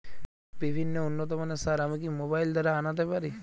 বিভিন্ন উন্নতমানের সার আমি কি মোবাইল দ্বারা আনাতে পারি?